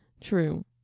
True